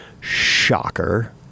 Shocker